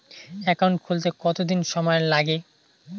Account খুলতে কতদিন সময় লাগে?